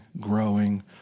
growing